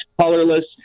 colorless